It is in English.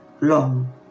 long